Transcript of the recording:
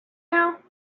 now